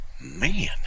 man